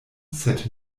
sed